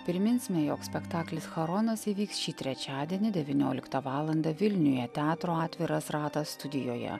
priminsime jog spektaklis charonas įvyks šį trečiadienį devynioliktą valandą vilniuje teatro atviras ratas studijoje